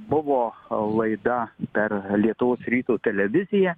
buvo laida per lietuvos ryto televiziją